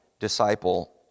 disciple